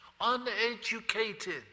Uneducated